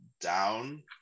down